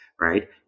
Right